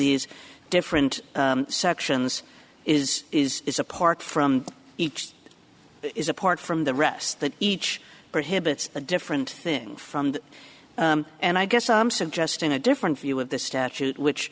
these different sections is is is apart from each is apart from the rest that each for him it's a different thing from that and i guess i'm suggesting a different view of the statute which